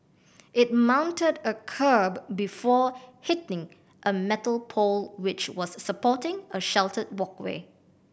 it mounted a kerb before hitting a metal pole which was supporting a sheltered walkway